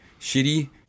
Shitty